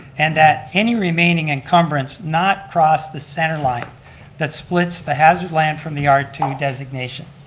and that any remaining encumbrance not cross the center line that splits the hazard land from the r two designation.